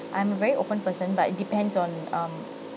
I'm a very open person but it depends on um